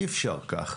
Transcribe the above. אי-אפשר כך.